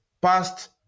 past